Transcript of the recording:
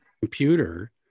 computer